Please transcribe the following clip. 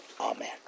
Amen